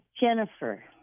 Jennifer